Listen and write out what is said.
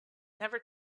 never